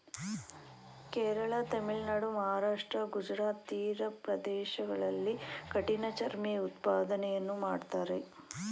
ಕೇರಳ, ತಮಿಳುನಾಡು, ಮಹಾರಾಷ್ಟ್ರ, ಗುಜರಾತ್ ತೀರ ಪ್ರದೇಶಗಳಲ್ಲಿ ಕಠಿಣ ಚರ್ಮಿ ಉತ್ಪಾದನೆಯನ್ನು ಮಾಡ್ತರೆ